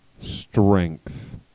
strength